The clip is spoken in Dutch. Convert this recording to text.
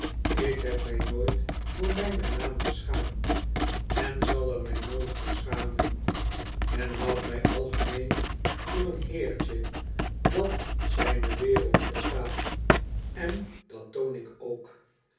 ik heb mij nooit voor mgnen naam geschaamd en zal er mij nooit voor schamen men houdt my algemeen voor een heertje dat zijne wereld verstaat en dat toon ik ook